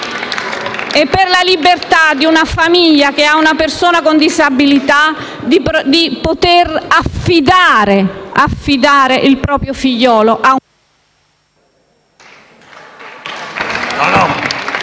per la libertà di una famiglia che ha una persona con disabilità di poter affidare il proprio figliolo a una